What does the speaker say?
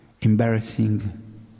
embarrassing